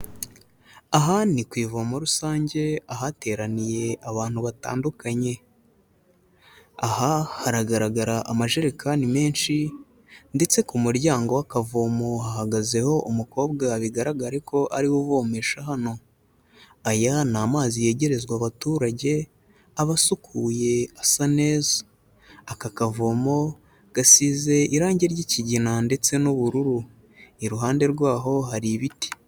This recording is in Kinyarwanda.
Aha ni ku ivomo rusange ahateraniye abantu batandukanye, aha haragaragara amajerekani menshi ndetse ku muryango w'akavomo hahagazeho umukobwa bigaragare ko ariwe uvomesha hano. Aya ni amazi yegerezwa abaturage, aba asukuye asa neza, aka kavomo gasize irangi ry'ikigina ndetse n'ubururu, iruhande rwaho hari ibiti.